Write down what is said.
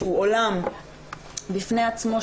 שהוא עולם בפני עצמו,